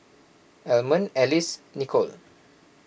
Almond Alice Nichol